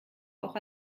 auch